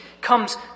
comes